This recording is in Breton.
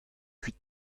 kuit